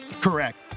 Correct